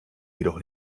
jedoch